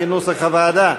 כנוסח הוועדה.